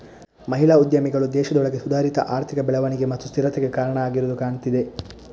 ಮಹಿಳಾ ಉದ್ಯಮಿಗಳು ದೇಶದೊಳಗೆ ಸುಧಾರಿತ ಆರ್ಥಿಕ ಬೆಳವಣಿಗೆ ಮತ್ತು ಸ್ಥಿರತೆಗೆ ಕಾರಣ ಆಗಿರುದು ಕಾಣ್ತಿದೆ